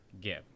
give